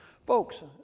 Folks